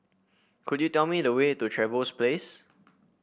could you tell me the way to Trevose Place